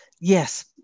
Yes